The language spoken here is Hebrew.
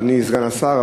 אדוני סגן השר,